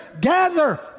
Gather